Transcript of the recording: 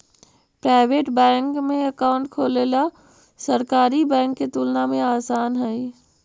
private bank में account खोलेला सरकारी बैंक के तुलना में आसान हइ